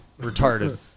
retarded